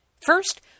First